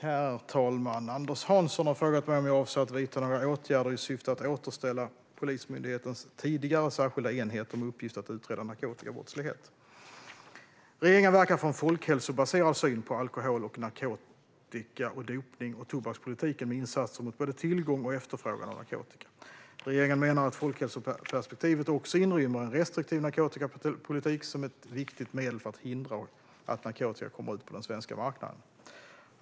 Herr talman! Anders Hansson har frågat mig om jag avser att vidta några åtgärder i syfte att återställa Polismyndighetens tidigare särskilda enheter med uppgift att utreda narkotikabrottslighet. Regeringen verkar för en folkhälsobaserad syn på alkohol-, narkotika, dopnings och tobakspolitiken med insatser mot både tillgång och efterfrågan på narkotika. Regeringen menar att folkhälsoperspektivet också inrymmer en restriktiv narkotikapolitik som ett viktigt medel för att hindra att narkotika kommer ut på den svenska marknaden.